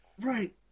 Right